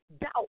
doubt